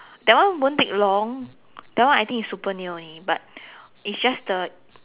that one won't take long that one I think is super near only but it's just the